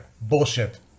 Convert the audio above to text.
bullshit